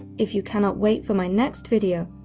if you cannot wait for my next video,